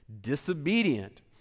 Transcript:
disobedient